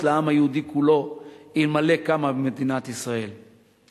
לעם היהודי כולו אילולא קמה מדינת ישראל.